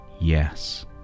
Yes